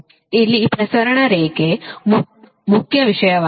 ಇಲ್ಲಿ ಪ್ರಸರಣ ಲೈನ್ ಮುಖ್ಯ ವಿಷಯವಾಗಿದೆ